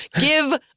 Give